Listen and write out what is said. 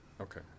Okay